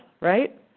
right